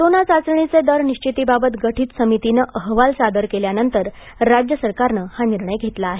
corona चाचणीचे दर निश्वितीबाबत गठित समितीनं अहवाल सादर केल्यानंतर राज्य सरकारनं हा निर्णय घेतला आहे